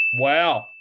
Wow